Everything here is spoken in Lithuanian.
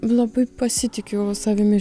labai pasitikiu savimi